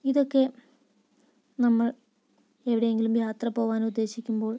ഇതൊക്കെ നമ്മൾ എവിടെയെങ്കിലും യാത്ര പോകാൻ ഉദേശിക്കുമ്പോൾ